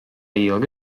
ilgi